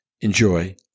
enjoy